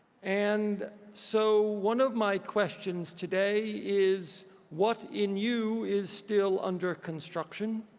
and so one of my questions today is what in you is still under construction?